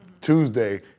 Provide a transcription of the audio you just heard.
Tuesday